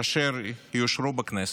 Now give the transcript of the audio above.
אשר יאושרו בכנסת.